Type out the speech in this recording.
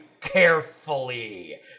Carefully